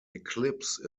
eclipse